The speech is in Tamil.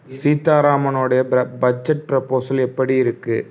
சீதா ராமனோட ப பட்ஜெட் ப்ரபோசல் எப்படி இருக்கு